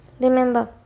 Remember